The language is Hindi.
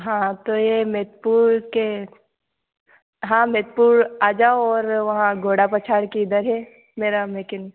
हाँ तो ये मेधपुर के हाँ मेधपुर आ जाओ और वहाँ घोड़ा पछाड़ के इधर है मेरा मेकिन